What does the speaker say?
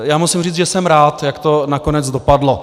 Já musím říct, že jsem rád, jak to nakonec dopadlo.